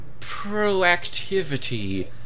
proactivity